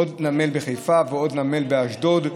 עוד נמל בחיפה ועוד נמל באשדוד.